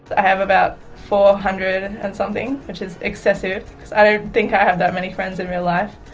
i have about four hundred and something, which is excessive because i don't think i have that many friends in real life.